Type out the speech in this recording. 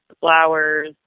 flowers